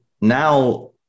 now